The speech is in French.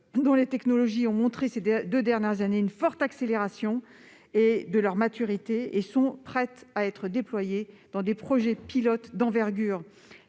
Ces technologies ont connu ces deux dernières années une forte accélération. Elles atteignent leur maturité et sont prêtes à être déployées dans des projets pilotes d'envergure.